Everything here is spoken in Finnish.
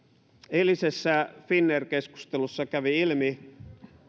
eilisessä finnair keskustelussa kävi ilmi